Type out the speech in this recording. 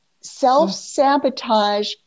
self-sabotage